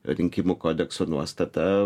rinkimų kodekso nuostata